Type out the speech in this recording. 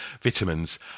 vitamins